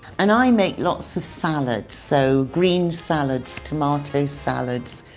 and i make lots of salads, so green salads, tomato salads,